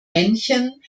männchen